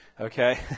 Okay